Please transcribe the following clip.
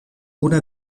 una